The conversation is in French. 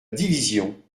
division